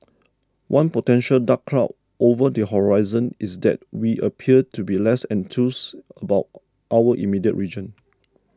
one potential dark cloud over the horizon is that we appear to be less enthused about our immediate region